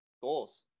Goals